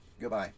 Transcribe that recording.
goodbye